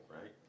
right